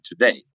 today